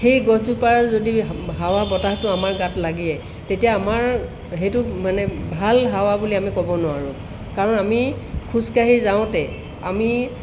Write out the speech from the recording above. সেই গছজোপাৰ যদি হাৱা বতাহটো আমাৰ গাত লাগে তেতিয়া আমাৰ হেইটো মানে ভাল হাৱা বুলি আমি ক'ব নোৱাৰোঁ কাৰণ আমি খোজকাঢ়ি যাওঁতে আমি